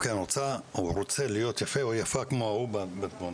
הוא רוצה להיות יפה, או יפה, כמו ההוא בתמונה,